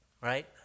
Right